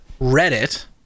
Reddit